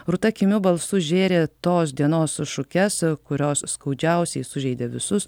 rūta kimiu balsu žėrė tos dienos šukes kurios skaudžiausiai sužeidė visus